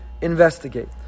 investigate